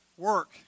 Work